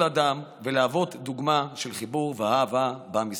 אדם ולהוות דוגמה של חיבור ואהבה בעם ישראל.